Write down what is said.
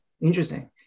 Interesting